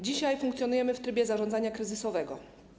Dzisiaj funkcjonujemy w trybie zarządzania kryzysowego.